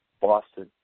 Boston